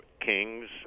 kings